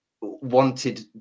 wanted